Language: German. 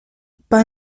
bei